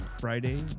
Friday